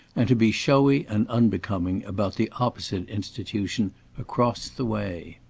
and to be showy and unbecoming about the opposite institution across the way.